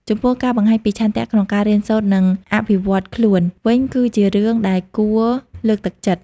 ចំពោះការបង្ហាញពីឆន្ទៈក្នុងការរៀនសូត្រ និងអភិវឌ្ឍខ្លួន វិញគឺជារឿងដែលគួរលើកទឹកចិត្ត។